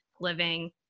living